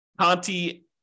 Conti